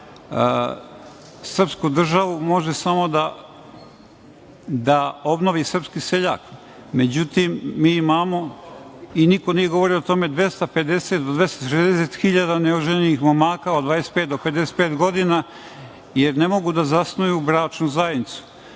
srpsku državu može samo da obnovi srpski seljak. Međutim, mi imamo, niko nije govorio o tome, 250.000 do 260.000 neoženjenih momaka od 25 do 55 godina, jer ne mogu da zasnuju bračnu zajednicu.